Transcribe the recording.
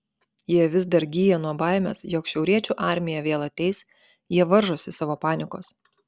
jie vis dar gyja nuo baimės jog šiauriečių armija vėl ateis jie varžosi savo panikos